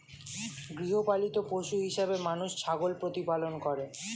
গৃহপালিত পশু হিসেবে মানুষ ছাগল প্রতিপালন করে